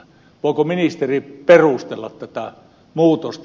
voiko ministeri perustella tätä muutosta